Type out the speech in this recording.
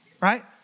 right